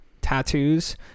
tattoos